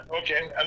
okay